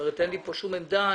אין לי כאן כל עמדה.